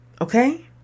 Okay